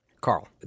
Carl